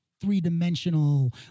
three-dimensional